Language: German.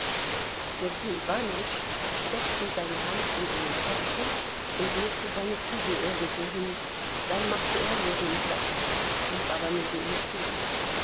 iwanowitsch steckte seine hand in einen kasten und legte seine kugel irgendwohin dann machte er ljewin platz blieb aber neben ihm stehen